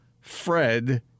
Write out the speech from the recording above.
Fred